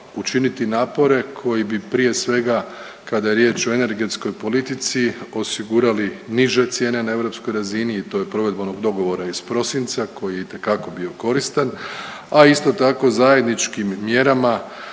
učiniti napore koji bi prije svega kada je riječ o energetskoj politici osigurali niže cijene na europskoj razini i to je provedba onog dogovora iz prosinca koji je itekako bio koristan, a isto tako zajedničkim mjerama